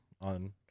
on